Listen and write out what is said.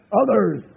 others